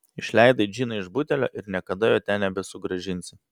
išleidai džiną iš butelio ir niekada jo ten nebesugrąžinsi